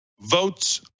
votes